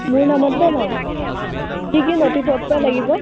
মোৰ নামতে ল'ম কি কি নথি পত্ৰ লাগিব